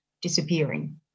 disappearing